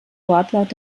wortlaut